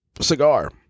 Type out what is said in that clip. cigar